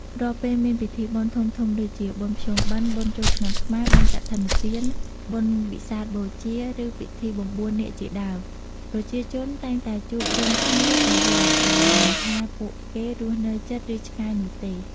រាល់ពេលមានពិធីបុណ្យធំៗដូចជា បុណ្យភ្ជុំបិណ្ឌ បុណ្យចូលឆ្នាំខ្មែរ បុណ្យកឋិនទាន បុណ្យវិសាខបូជា ឬពិធីបំបួសនាគជាដើម ប្រជាជនតែងតែជួបជុំគ្នាទៅវត្តដោយមិនថាពួកគេរស់នៅជិត ឬឆ្ងាយនោះទេ។